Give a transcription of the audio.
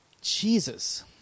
Jesus